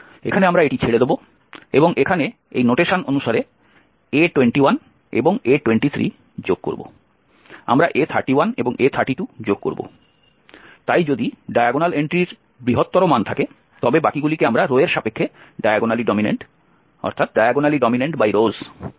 এখানে আমরা এটি ছেড়ে দেব এবং এখানে এই নোটেশন অনুসারে a21 এবং a23 যোগ করব আমরা a31এবং a32যোগ করব তাই যদি ডায়াগোনাল এন্ট্রির বৃহত্তর মান থাকে তবে বাকিগুলিকে আমরা রো এর সাপেক্ষে ডায়াগোনালি ডমিনেন্ট বলব